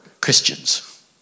Christians